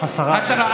השרה,